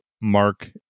Mark